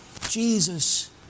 Jesus